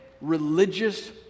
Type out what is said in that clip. religious